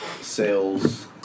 sales